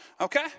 okay